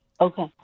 Okay